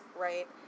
right